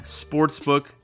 sportsbook